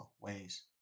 ways